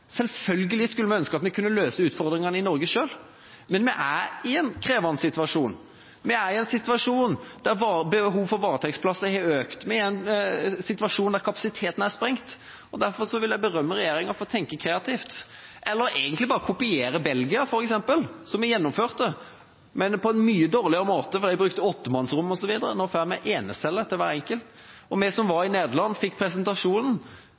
Selvfølgelig skulle vi ønske at vi kunne løse utfordringene i Norge selv, men vi er i en krevende situasjon. Vi er i en situasjon der behovet for varetektsplasser har økt, vi er i en situasjon der kapasiteten er sprengt, og derfor vil jeg berømme regjeringa for å tenke kreativt – eller egentlig bare kopiere Belgia, f.eks., som har gjennomført det, men på en mye dårligere måte, for de brukte åttemannsrom osv., mens vi nå får eneceller til hver enkelt. Vi som var i Nederland, fikk presentasjonen.